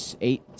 eight